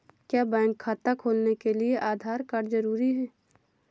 क्या बैंक खाता खोलने के लिए आधार कार्ड जरूरी है?